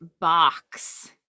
box